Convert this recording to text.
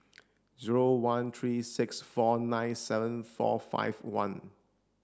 zero one three six four nine seven four five one